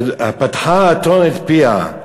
פתחה האתון את פיה: